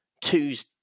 twos